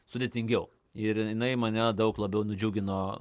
sudėtingiau ir jinai mane daug labiau nudžiugino